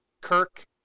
Kirk